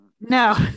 no